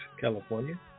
California